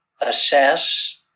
assess